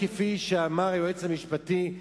כפי שאמר היועץ המשפטי,